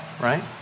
right